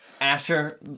Asher